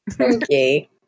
Okay